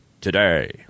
today